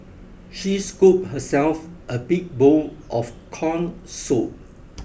she scooped herself a big bowl of corn soup